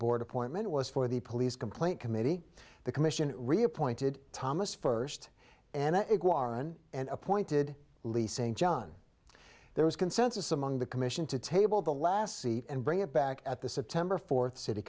board appointment was for the police complaint committee the commission reappointed thomas first and appointed leasing john there was consensus among the commission to table the last seat and bring it back at the september fourth city